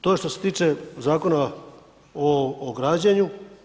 To je što se tiče Zakona o građenju.